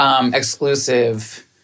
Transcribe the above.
exclusive